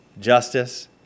justice